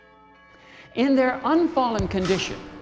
in their unfallen condition,